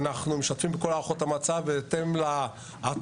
אנחנו משתתפים בכל הערכות המצב בהתאם להתרעות,